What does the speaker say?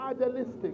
idealistic